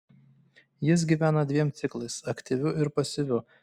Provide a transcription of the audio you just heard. jis gyvena dviem ciklais aktyviu ir pasyviu